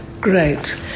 Great